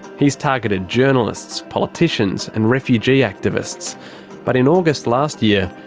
he's targeted journalists, politicians and refugee activists but in august last year,